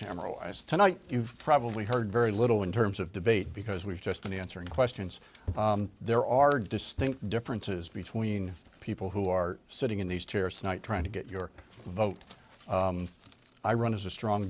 cameral as tonight you've probably heard very little in terms of debate because we've just been answering questions there are distinct differences between people who are sitting in these chairs tonight trying to get your vote i run as a strong